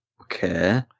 Okay